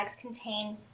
contain